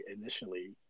Initially